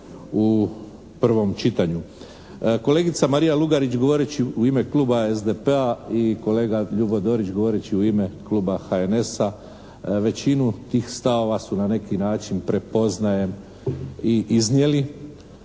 u prvom čitanju. Kolegica Marija Lugarić govoreći u ime Kluba SDP-a i kolega Ljubo Dorić govoreći u ime Kluba HNS-a većinu tih stavova su na neki način prepoznajem i iznijeli,